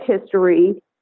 history